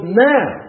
now